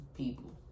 people